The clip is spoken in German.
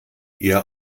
ihr